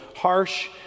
harsh